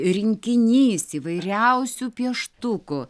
rinkinys įvairiausių pieštukų